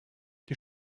die